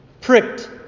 pricked